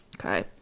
Okay